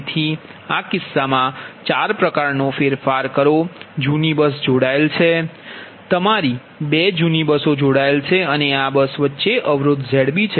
તેથી આ કિસ્સામાં 4 પ્રકારનો ફેરફાર કરો જૂની બસ જોડાયેલ છે તમારી 2 જૂની બસો જોડાયેલ છે અને આ બસ વચ્ચે અવરોધ Zb છે